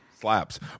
slaps